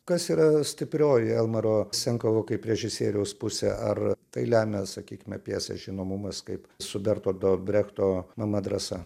kas yra stiprioji elmaro senkovo kaip režisieriaus pusė ar tai lemia sakykime pjesės žinomumas kaip su bertoldo brechto mama drąsa